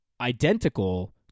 identical